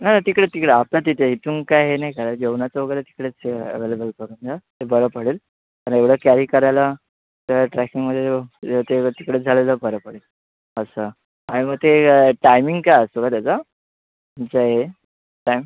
नही तिकडे तिकडे आता तिथे इथून काय हे नाही करा जेवणाचं वगैरे तिकडेच अॅव्हेलेबल करून घ्या ते बरं पडेल एवढं कॅरी करायला त्या ट्रॅकिंगमध्ये जेवायचे वगैरे तिकडेच झाले तर बरं पडेल असं आणि मग ते टाईमिंग काय असतं का त्याचं तुमचं हे टाईम